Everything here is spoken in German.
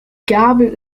gabel